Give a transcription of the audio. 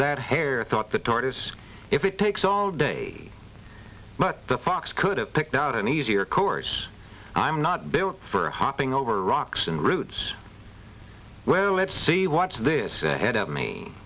that hare thought the tortoise if it takes all day but the fox could've picked out an easier course i'm not built for hopping over rocks and roots well let's see what this said of me